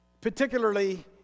particularly